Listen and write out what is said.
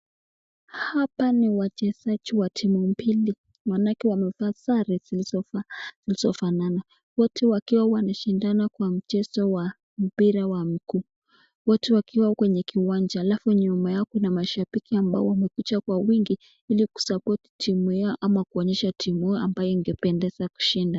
Hawa ni wachesajiwa timu mbili wanake wamefa sare sinszofanana wote wakiwa wanashidana Kwa mchezo ya mpira ya mguu wote wakiwa Kwa kiwanjaa alfu nyuma yao Kuna mashapiki Kwa uwingi hili ku support timu Yao ama kuonyesha timu inayopendesa kushinda